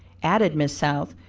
added miss south,